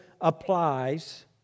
applies